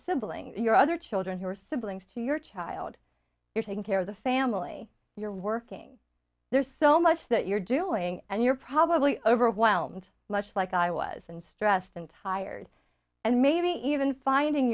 siblings your other children who are siblings to your child you're taking care of the family you're working there's so much that you're doing and you're probably overwhelmed much like i was and stressed and tired and maybe even finding